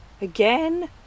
Again